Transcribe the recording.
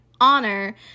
honor